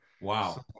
Wow